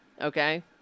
Okay